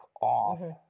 off